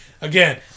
again